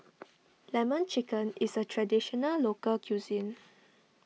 Lemon Chicken is a Traditional Local Cuisine